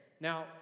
now